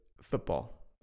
football